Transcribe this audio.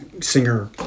singer